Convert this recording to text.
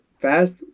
fast